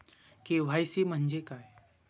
KYC म्हंजे काय?